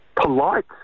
Polite